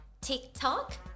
TikTok